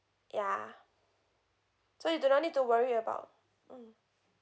ya so you do not need to worry about mm